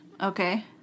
Okay